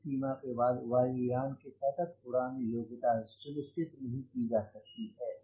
इस सीमा के बाद वायु यान की सतत उड़ान योग्यता सुनिश्चित नहीं की जा सकती है